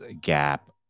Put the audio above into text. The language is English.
gap